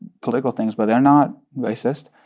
political things, but they're not racist.